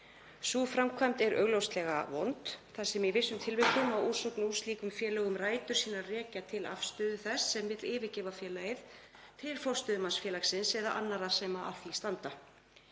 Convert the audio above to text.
Sú framkvæmd er augljóslega vond þar sem í vissum tilvikum á úrsögn úr slíkum félögum rætur sínar að rekja til afstöðu þess sem vill yfirgefa félagið til forstöðumanns félagsins eða annarra sem að því standa.